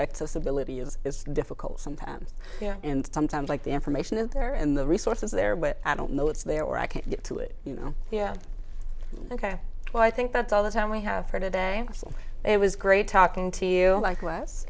accessibility is it's difficult sometimes and sometimes like the information in there and the resources there but i don't know it's there i can't get to it you know yeah ok well i think that's all the time we have for today it was great talking to you like less